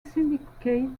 syndicate